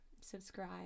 subscribe